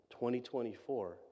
2024